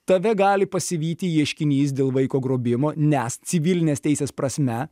tave gali pasivyti ieškinys dėl vaiko grobimo nes civilinės teisės prasme